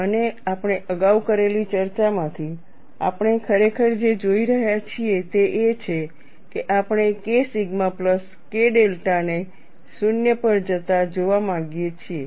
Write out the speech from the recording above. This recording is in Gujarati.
અને આપણે અગાઉ કરેલી ચર્ચામાંથી આપણે ખરેખર જે જોઈ રહ્યા છીએ તે એ છે કે આપણે K સિગ્મા પ્લસ K ડેલ્ટાને 0 પર જતા જોવા માંગીએ છીએ